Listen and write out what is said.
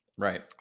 Right